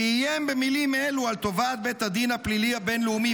שאיים במילים אלו על תובעת בית הדין הפלילי הבין-לאומי